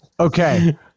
Okay